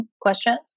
questions